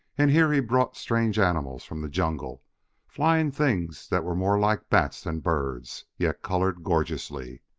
and here he brought strange animals from the jungle flying things that were more like bats than birds, yet colored gorgeously.